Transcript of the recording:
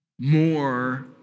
more